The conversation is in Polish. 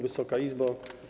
Wysoka Izbo!